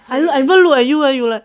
I even looked at you and you were like